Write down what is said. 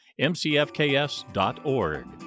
mcfks.org